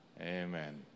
Amen